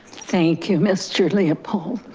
thank you, mr. leopold.